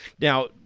Now